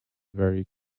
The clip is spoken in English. very